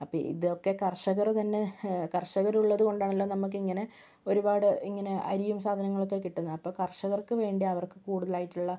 അപ്പം ഇതൊക്കെ കർഷകർ തന്നെ കർഷകരുള്ളതു കൊണ്ടാണല്ലോ നമുക്കിങ്ങനെ ഒരുപാടിങ്ങനെ അരിയും സാധനങ്ങളൊക്കെ കിട്ടുന്നത് അപ്പം കർഷകർക്ക് വേണ്ടി അവർക്ക് കൂടുതലായിട്ടുള്ള